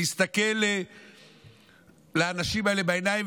להסתכל לאנשים האלה בעיניים,